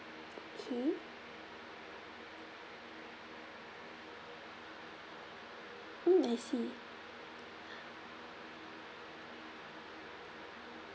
okay mm I see